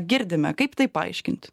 girdime kaip tai paaiškint